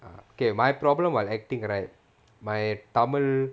uh okay my problem while acting right my tamil